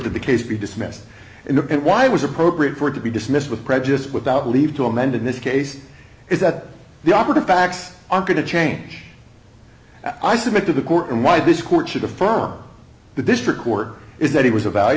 to the case be dismissed and why was appropriate for it to be dismissed with prejudice without leave to amend in this case is that the operative facts are going to change i submit to the court and why this court should affirm the district court is that he was a value